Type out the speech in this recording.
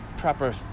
proper